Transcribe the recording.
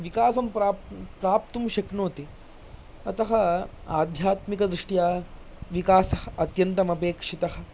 विकासं प्राप् प्राप्तुं शक्नोति अतः आध्यात्मिकदृष्ट्या विकासः अत्यन्तमपेक्षितः